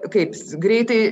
kaip greitai